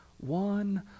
one